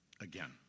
again